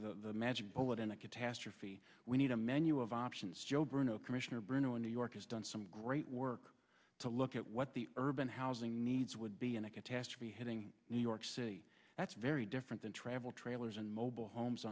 be the magic bullet in a catastrophe we need a menu of options joe bruno commissioner bruno in new york has done some great work to look at what the urban housing needs would be in a catastrophe hitting new york city that's very different than travel trailers and mobile homes